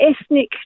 ethnic